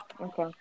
okay